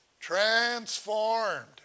transformed